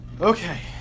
okay